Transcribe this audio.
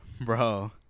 bro